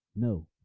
No